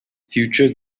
future